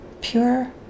pure